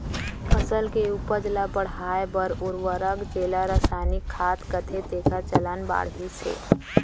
फसल के उपज ल बढ़ाए बर उरवरक जेला रसायनिक खाद कथें तेकर चलन बाढ़िस हे